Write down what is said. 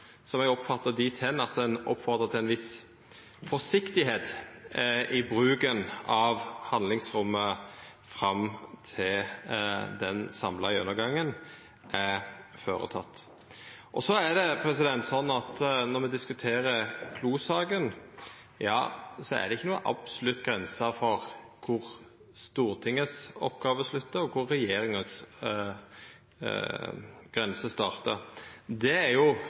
som eg oppfattar slik at ein oppfordra til ei viss forsiktigheit i bruken av handlingsrommet fram til den samla gjennomgangen er føreteken. Så er det sånn at når me diskuterer Klo-saka, er det ikkje noka absolutt grense for kor Stortingets oppgåve sluttar, og kor regjeringas grense startar. Det er jo